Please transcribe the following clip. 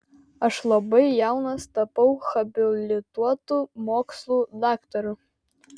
aš labai jaunas tapau habilituotu mokslų daktaru